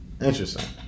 Interesting